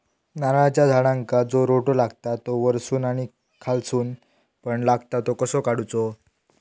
नारळाच्या झाडांका जो रोटो लागता तो वर्सून आणि खालसून पण लागता तो कसो काडूचो?